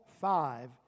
five